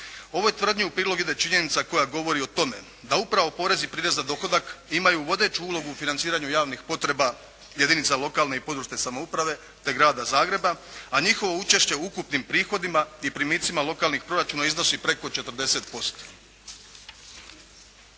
Ovoj tvrdnji u prilog ide činjenica koja govori o tome da upravo porez i prirez na dohodak imaju vodeću ulogu u financiranju javnih potreba jedinica lokalne i područne samouprave te Grada Zagreba, a njihovo učešće ukupnim prihodima i primicima lokalnih proračuna iznosi preko 40%.